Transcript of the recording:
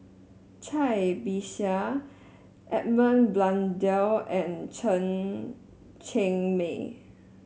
Cai Bixia Edmund Blundell and Chen Cheng Mei